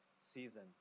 season